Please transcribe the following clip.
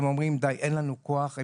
הן אומרות "..די אין לנו כוח..",